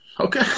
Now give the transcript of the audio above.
Okay